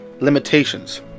limitations